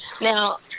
Now